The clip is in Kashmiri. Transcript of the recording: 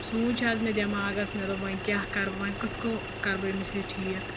سوٗنٛچ حظ مےٚ دٮ۪ماغَس مےٚ دوٚپ وۄنۍ کیاہ کَرٕ بہٕ وۄنۍ کِتھ کٔنۍ کَرٕ بہٕ أمِس یہِ ٹھیٖک